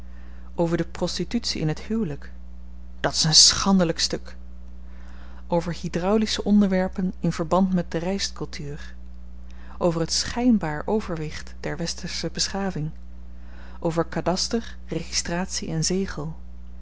over de prostitutie in het huwelyk dat is een schandelyk stuk over hydraulische onderwerpen in verband met de rystkultuur over het schynbaar overwicht der westersche beschaving over kadaster registratie en zegel